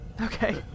Okay